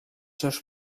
seus